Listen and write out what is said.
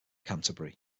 canterbury